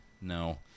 No